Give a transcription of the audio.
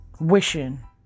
wishing